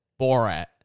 borat